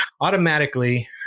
automatically